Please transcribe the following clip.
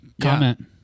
Comment